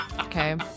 Okay